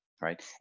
right